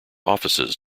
offices